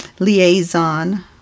liaison